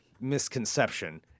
misconception